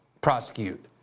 prosecute